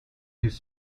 his